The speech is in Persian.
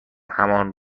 همان